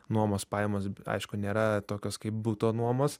nuomos pajamos aišku nėra tokios kaip buto nuomos